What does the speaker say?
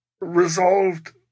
resolved